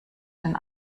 den